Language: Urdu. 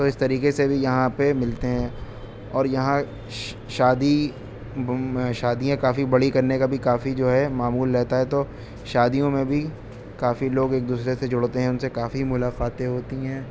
تو اس طریقے سے بھی یہاں پہ ملتے ہیں اور یہاں شادی شادیاں کافی بڑی کرنے کا بھی کافی جو ہے معمول رہتا ہے تو شادیوں میں بھی کافی لوگ ایک دوسرے سے جڑتے ہیں ان سے کافی ملاقاتیں ہوتی ہیں